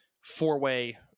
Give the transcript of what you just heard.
four-way